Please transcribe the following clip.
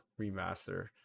remaster